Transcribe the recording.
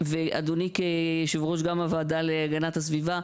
אדוני כיושב-ראש הוועדה להגנת הסביבה,